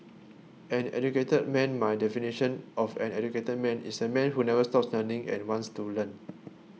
an educated man my definition of an educated man is a man who never stops learning and wants to learn